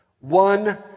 one